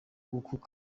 gukuka